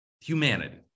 humanity